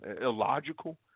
illogical